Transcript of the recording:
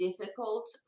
difficult